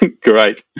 Great